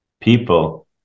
people